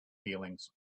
feelings